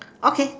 okay